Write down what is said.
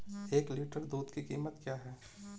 एक लीटर दूध की कीमत क्या है?